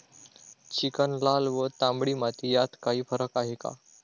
Chicken, लाल व तांबडी माती यात काही फरक आहे का?